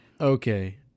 Okay